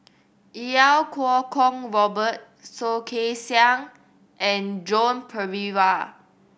Iau Kuo Kwong Robert Soh Kay Siang and Joan Pereira